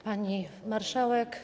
Pani Marszałek!